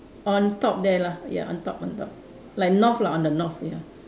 on top there lah ya on top on top like North lah on the North ya